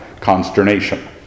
consternation